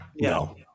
No